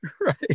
right